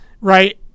right